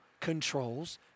controls